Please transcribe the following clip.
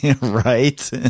Right